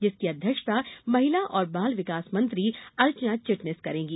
जिसकी अध्यक्षता महिला और बाल विकास मंत्री अर्चना चिटनीस करेंगी